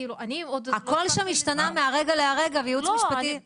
כאילו אני עוד -- הכל שם השתנה מהרגע להרגע והייעוץ המשפטי -- לא,